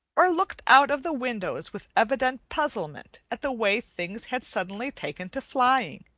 or looked out of the windows with evident puzzlement at the way things had suddenly taken to flying